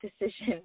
decision